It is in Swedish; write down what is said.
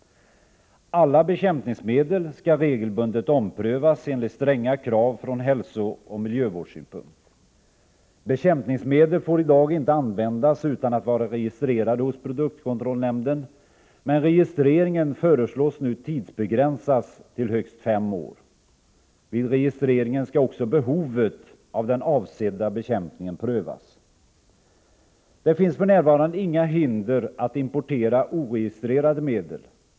Alla bekämpningsmedel skall regelbundet omprövas enligt stränga krav från hälsooch miljövårdssynpunkt. Bekämpningsmedel får i dag inte användas utan att vara registrerade hos produktkontrollnämnden, men registreringen föreslås nu tidsbegränsas till högst fem år. Vid registreringen skall också behovet av den avsedda bekämpningen prövas. Det finns för närvarande inga hinder att importera oregistrerade medel.